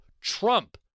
Trump